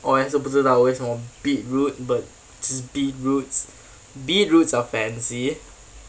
我也是不知道为什么 beetroot but just beetroots beetroots are fancy